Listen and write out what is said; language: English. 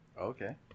Okay